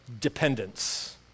dependence